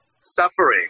Suffering